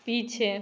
पीछे